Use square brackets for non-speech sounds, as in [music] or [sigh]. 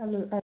[unintelligible]